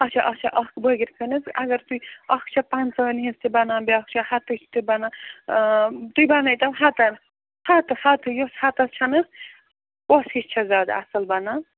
اَچھا اَچھا اکھ بٲگِر خٲنۍ حظ اگر تُہۍ اکھ چھِ پنٛژاہن ہِنٛز تہِ بنانا بیٛاکھ چھِ ہتٕچ تہِ بنان تہۍ بنٲیتو ہتن ہتہٕ ہتھٕے یۄس ہتس چھَنہٕ حظ کۄس ہِش چھِ زیادٕ اصٕل بنان